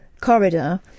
corridor